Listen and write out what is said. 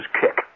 kick